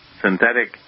synthetic